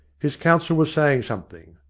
his counsel was saying something.